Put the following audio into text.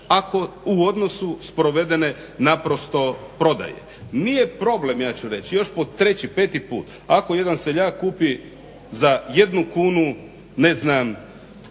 manja u odnosu sprovedene naprosto prodaje. Nije problem ja ću reći, još po treći, peti put, ako jedan seljak kupi za 1 kunu